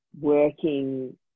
working